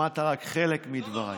שמעת חלק מדבריי.